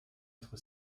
être